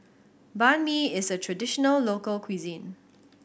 Banh Mi is a traditional local cuisine